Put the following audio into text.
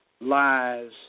lies